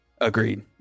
Agreed